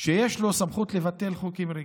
יש לו סמכות לבטל חוקים רגילים,